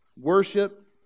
Worship